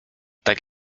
tak